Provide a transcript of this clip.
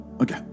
Okay